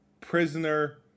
prisoner